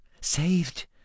Saved